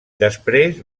després